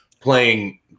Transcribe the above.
playing